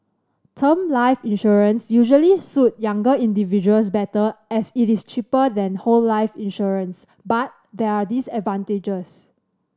term life insurance usually suit younger individuals better as it is cheaper than whole life insurance but there are disadvantages